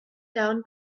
down